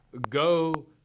go